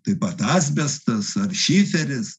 taip pat asbestas ar šiferis